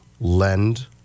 lend